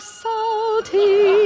salty